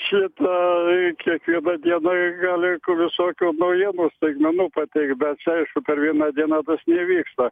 šitą kiekvienoj dienoj gali visokių naujienų staigmenų pateikt bet aišku per vieną dieną tas neįvyksta